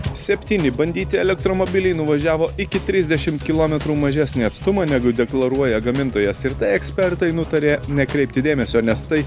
septyni bandyti elektromobiliai nuvažiavo iki trisdešimt kilometrų mažesnį atstumą negu deklaruoja gamintojas ir tai ekspertai nutarė nekreipti dėmesio nes tai